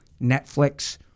Netflix